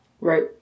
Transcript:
Right